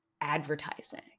advertising